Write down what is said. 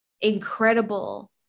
incredible